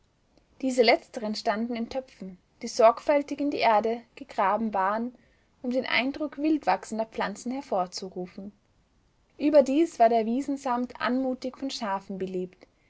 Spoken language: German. diese letzteren standen in töpfen die sorgfältig in die erde gegraben waren um den eindruck wildwachsender pflanzen hervorzurufen überdies war der wiesensammet anmutig von schafen belebt